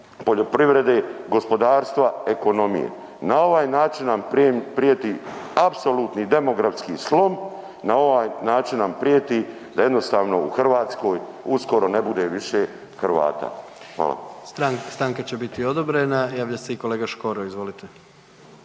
poljoprivrede, gospodarstva, ekonomije. Na ovaj način nam prijeti apsolutni demografski slom, na ovaj način nam prijeti da jednostavno u Hrvatskoj uskoro ne bude više Hrvata. Hvala. **Jandroković, Gordan (HDZ)** Stanka će biti odobrena. Javlja se kolega Škoro. Izvolite.